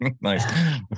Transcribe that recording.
Nice